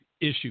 issue